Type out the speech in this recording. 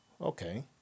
Okay